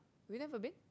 we never been